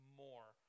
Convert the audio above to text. more